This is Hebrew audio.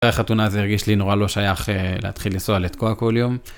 אחרי החתונה זה הרגיש לי נורא לא שייך להתחיל לנסוע לתקוע כל יום.